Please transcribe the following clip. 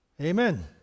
Amen